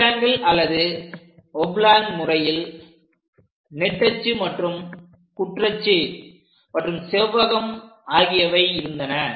rectangle அல்லது oblong முறையில் நெட்டச்சு மற்றும் குற்றச்சு மற்றும் செவ்வகம் ஆகியவை இருந்தன